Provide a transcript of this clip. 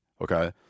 Okay